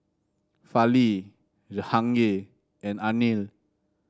Fali Jahangir and Anil